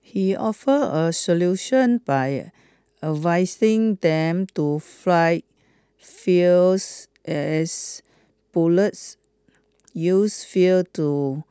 he offers a solution by advising them to fight fears as bullies use fear to